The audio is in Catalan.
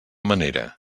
manera